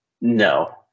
No